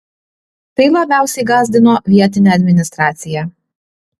tai labiausiai gąsdino vietinę administraciją